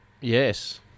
Yes